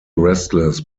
restless